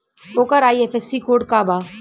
ओकर IFSC code का बा?